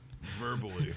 Verbally